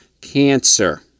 cancer